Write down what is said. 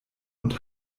und